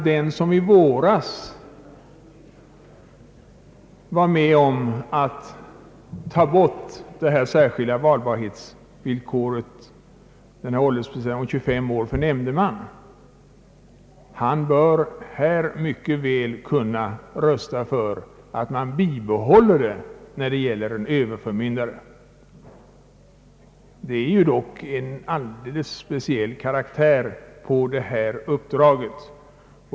Den som i våras var med om att ta bort detta särskilda valbarhetsvillkor på 25 år för nämndeman bör här mycket väl kunna rösta för att man bibehåller det när det gäller överförmyndare. Det är dock en alldeles speciell karaktär på detta uppdrag.